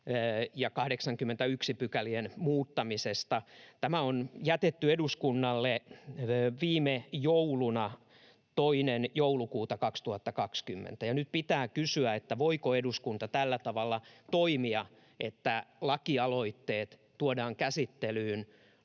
ja 81 §:ien muuttamisesta. Tämä on jätetty eduskunnalle viime jouluna, 2. joulukuuta 2020, ja nyt pitää kysyä, voiko eduskunta tällä tavalla toimia, että lakialoitteet tuodaan käsittelyyn